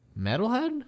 Metalhead